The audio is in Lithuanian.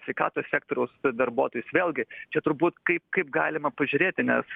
sveikatos sektoriaus darbuotojus vėlgi čia turbūt kaip kaip galima pažiūrėti nes